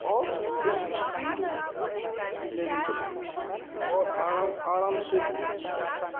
आओर ओइसँ स्पीडमे नहि चलबय छी आओर आराम आरामसँ बुलय छी गाड़ीसँ